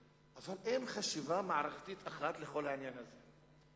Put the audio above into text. אבל אין חשיבה מערכתית אחת לכל העניין הזה.